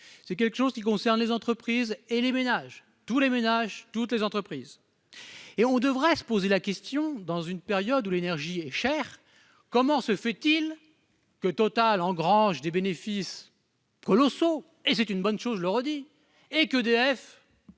c'est quelque chose qui concerne les entreprises et les ménages tous les ménages, toutes les entreprises et on devrait se poser la question dans une période où l'énergie est chère, comment se fait-il que Total engrange des bénéfices colossaux, et c'est une bonne chose, je le redis et qu'EDF.